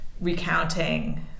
recounting